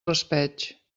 raspeig